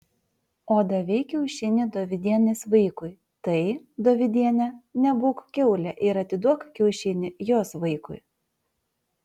o davei kiaušinį dovydienės vaikui tai dovydiene nebūk kiaulė ir atiduok kiaušinį jos vaikui